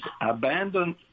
abandoned